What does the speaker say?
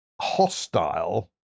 hostile